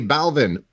Balvin